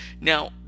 Now